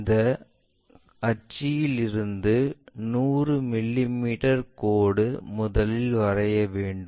இந்த ஆட்சியில் இருந்து 100 மிமீ கோடு முதலில் வரைய வேண்டும்